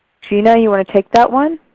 gina, you want to take that one?